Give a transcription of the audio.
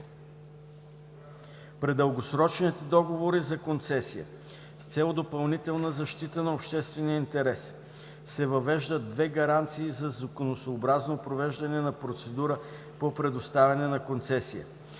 При дългострочните договори за концесия, с цел допълнителна защита на обществения интерес, се въвеждат две гаранции за законосъобразно провеждане на процедура по предоставяне на концесия.